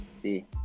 See